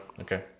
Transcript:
okay